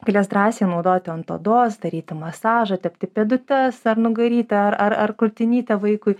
galės drąsiai naudoti ant odos daryti masažą tepti pėdutes ar nugarytę ar ar ar krūtinytę vaikui